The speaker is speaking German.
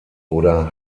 oder